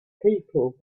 people